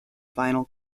final